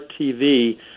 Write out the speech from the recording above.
TV